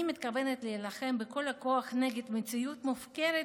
אני מתכוונת להילחם בכל הכוח נגד מציאות מופקרת